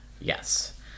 Yes